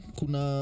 kuna